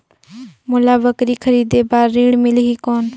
मोला बकरी खरीदे बार ऋण मिलही कौन?